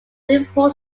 liverpool